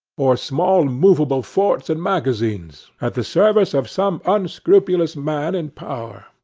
or small movable forts and magazines, at the service of some unscrupulous man in power?